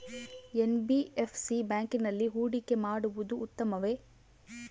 NBFC ಬ್ಯಾಂಕಿನಲ್ಲಿ ಹೂಡಿಕೆ ಮಾಡುವುದು ಉತ್ತಮವೆ?